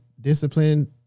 discipline